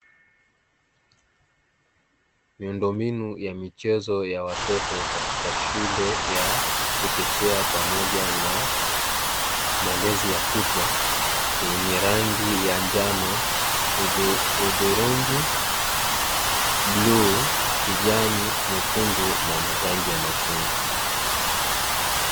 Miundombinu ya michezo ya watoto katika shule ya chekechea pamoja na malezi ya kutwa yenye rangi ya njano, hudhurungi, blue kijani na nyekundu na marangi ya machungwa.